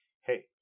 Hey